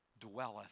dwelleth